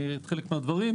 את חלק מהדברים.